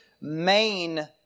main